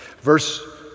Verse